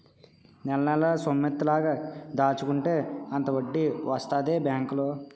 నెలనెలా సొమ్మెంత లాగ దాచుకుంటే అంత వడ్డీ వస్తదే బేంకులో